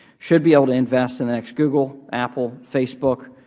should be able to invest in the next google, apple, facebook,